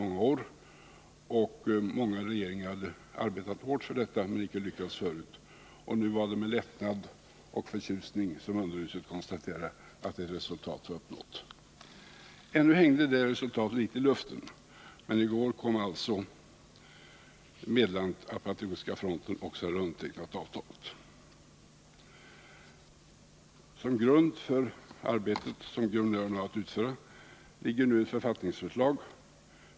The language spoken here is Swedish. Han sade också att många regeringar har arbetat hårt för detta men tidigare inte lyckats och att det nu var med lättnad och förtjusning som underhuset konstaterade att ett resultat hade uppnåtts. Resultatet hängde ändå litet i luften, men i går kom alltså meddelandet om att Patriotiska fronten också hade undertecknat avtalet. Som grund för det arbete som guvernören har att utföra ligger nu ett författningsförslag.